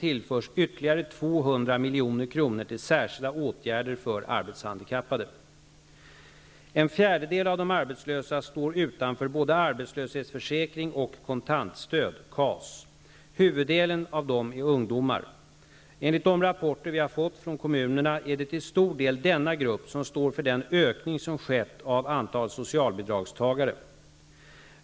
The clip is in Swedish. I En fjärdedel av de arbetslösa står utanför både arbetslöshetsförsäkring och kontantstöd, KAS. Huvuddelen av dessa är ungdomar. Enligt de rapporter vi har fått från kommunerna är det till stor del denna grupp som står för den ökning som skett av antalet socialbidragstagare.